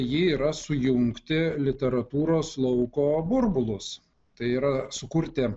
ji yra sujungti literatūros lauko burbulus tai yra sukurti